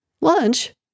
lunch